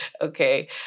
Okay